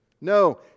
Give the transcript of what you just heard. No